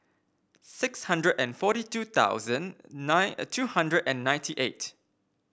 six hundred and forty two thousand nine two hundred and ninety eight